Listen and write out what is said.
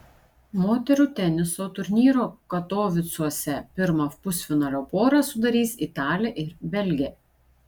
moterų teniso turnyro katovicuose pirmą pusfinalio porą sudarys italė ir belgė